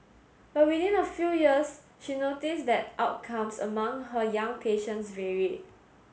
but within a few years she noticed that outcomes among her young patients varied